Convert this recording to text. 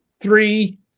three